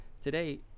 Today